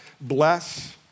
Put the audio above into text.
bless